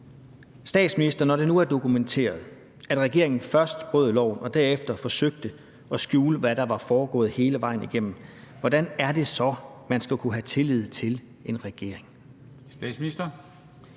Statsminister, når det nu er dokumenteret, at regeringen først brød loven og derefter forsøgte at skjule, hvad der var foregået hele vejen igennem, hvordan er det så, man skal kunne have tillid til regeringen?